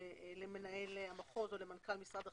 למנהל המחוז או למנכ"ל משרד החינוך.